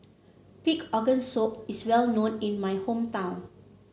Pig Organ Soup is well known in my hometown